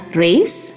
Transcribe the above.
race